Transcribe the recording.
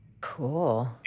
Cool